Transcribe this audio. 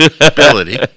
ability